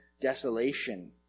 desolation